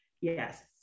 yes